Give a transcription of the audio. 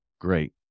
great